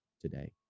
today